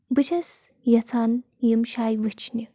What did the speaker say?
بہٕ چھَس یژھان یِم جایہِ وٕچھنہِ